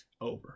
Over